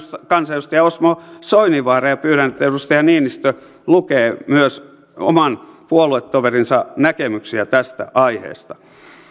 kansanedustaja osmo soininvaara ja pyydän että edustaja niinistö lukee myös oman puoluetoverinsa näkemyksiä tästä aiheesta